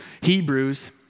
Hebrews